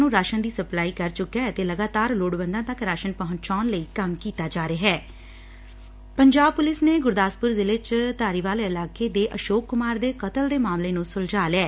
ਨੂੰ ਰਾਸ਼ਨ ਦੀ ਸਪਲਾਈ ਕਰ ਚੁੱਕੈ ਅਤੇ ਲਗਾਤਾਰ ਲੋੜਵੰਦਾਂ ਤੱਕ ਰਾਸ਼ਨ ਪਹੁੰਚਾਣ ਲਈ ਕੰਮ ਕੀਤਾ ਜਾ ਪੰਜਾਬ ਪੁਲਿਸ ਨੇ ਗੁਰਦਾਸਪੁਰ ਜ਼ਿਲ੍ਹੇ ਚ ਧਾਰੀਵਾਲ ਇਲਾਕੇ ਦੇ ਅਸੋਕ ਕੁਮਾਰ ਦੇ ਕਤਲ ਦੇ ਮਾਮਲੇ ਨੂੰ ਸੁਲਝਾ ਲਿਐ